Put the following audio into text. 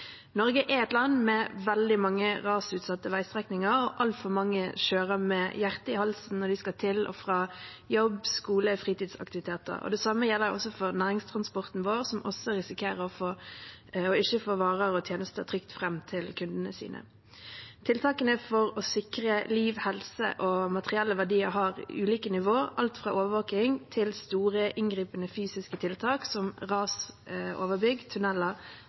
Norge er et land med veldig mange rasutsatte veistrekninger. Altfor mange kjører med hjertet i halsen når de skal til og fra jobb, skole og fritidsaktiviteter. Det samme gjelder for næringstransporten vår, som risikerer ikke å få varer og tjenester trygt fram til kundene sine. Tiltakene for å sikre liv, helse og materielle verdier har ulike nivåer, alt fra overvåking til store, inngripende fysiske tiltak, som rasoverbygg,